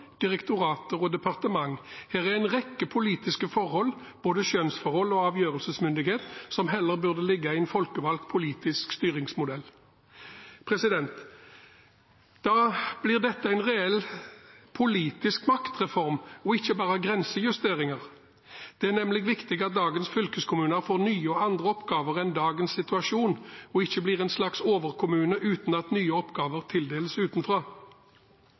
direktorater og departementer. Her er en rekke politiske forhold, både skjønnsforhold og avgjørelsesmyndighet, som heller burde ligge i en folkevalgt politisk styringsmodell. Da blir dette en reell politisk maktreform og ikke bare grensejusteringer. Det er nemlig viktig at dagens fylkeskommuner får nye og andre oppgaver enn i dagens situasjon, og ikke blir en slags «overkommune» uten at nye oppgaver tildeles utenfra.